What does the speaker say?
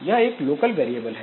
यह एक local variable है